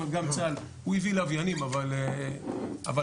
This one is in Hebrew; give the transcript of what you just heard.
הוא הביא לוויינים אבל פחות.